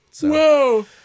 Whoa